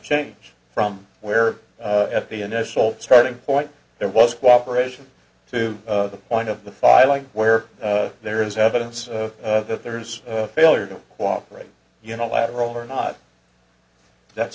change from where the initial starting point there was cooperation to the point of the filing where there is evidence that there's a failure to cooperate unilateral or not that's